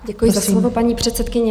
Děkuji za slovo, paní předsedkyně.